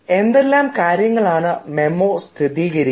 എന്തെല്ലാം കാര്യങ്ങളാണ് മെമ്മോ സ്ഥിരീകരിക്കുന്നത്